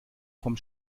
vom